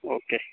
okay